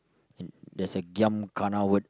there's a giam gana word